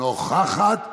סלימאן, נוכחת ומוותרת,